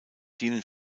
dienen